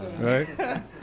Right